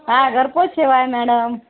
हां घरपोच सेवा आहे मॅडम